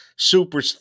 super